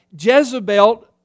Jezebel